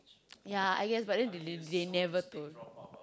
ya I guess but then they didn't they never told